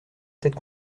tête